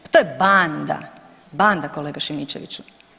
Pa to je banda, banda kolega Šimičeviću.